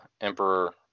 Emperor